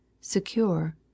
secure